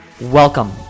Welcome